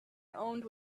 owned